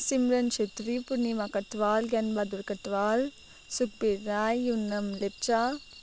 Simran Chhetri Purnima Katuwal Gyan Bahadur Katuwal Sukbir Rai Yonam Lepcha